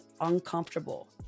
uncomfortable